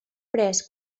pres